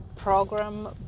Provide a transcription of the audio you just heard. program